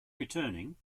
returning